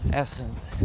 Essence